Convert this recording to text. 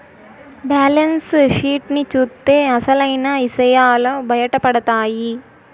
balance sheet ని చూత్తే అసలైన ఇసయాలు బయటపడతాయి